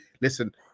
Listen